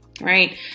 right